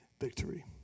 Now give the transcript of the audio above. victory